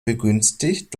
begünstigt